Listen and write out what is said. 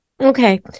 Okay